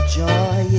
joy